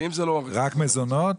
רק מזונות?